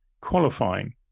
qualifying